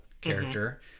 character